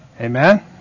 Amen